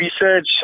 research